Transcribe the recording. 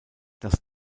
das